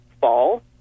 fall